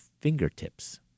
fingertips